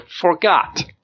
forgot